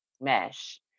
mesh